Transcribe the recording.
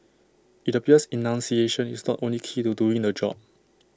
IT appears enunciation is not only key to doing the job